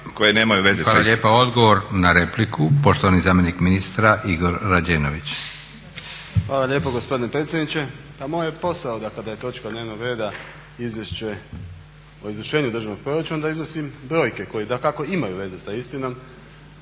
Hvala lijepa. Odgovor na repliku, poštovani zamjenik ministra Igor Rađenović. **Rađenović, Igor (SDP)** Hvala lijepo gospodine predsjedniče. Pa moj je posao da kada je točka dnevnog reda Izvješće o izvršenju državnog proračuna da iznosim brojke koje dakako imaju veze sa istinom